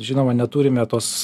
žinoma neturime tos